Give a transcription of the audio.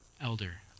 elder